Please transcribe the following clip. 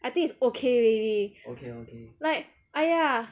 I think its okay already like !aiya!